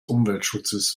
umweltschutzes